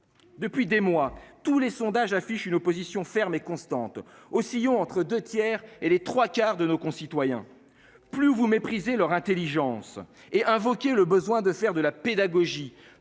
Depuis des mois, tous les sondages affichent une opposition ferme et constante oscillant entre 2 tiers et les 3 quarts de nos concitoyens. Plus vous méprisez leur Intelligence et invoqué le besoin de faire de la pédagogie